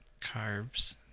carbs